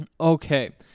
Okay